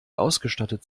ausgestattet